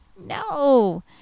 No